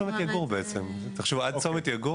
אם בעבר היו פחות מעצרים,